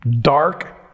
dark